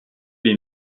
les